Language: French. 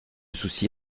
souci